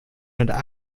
hundert